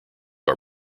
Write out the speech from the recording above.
are